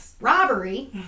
robbery